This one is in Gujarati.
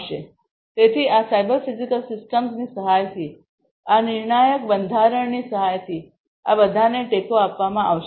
તેથી આ સાયબર ફિઝિકલ સિસ્ટમ્સની સહાયથી આ નિર્ણાયક બંધારણની સહાયથી આ બધાને ટેકો આપવામાં આવશે